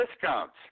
discounts